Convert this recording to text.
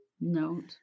Note